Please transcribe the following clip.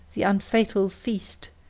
the unfatal feast,